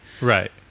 Right